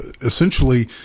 essentially